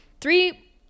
three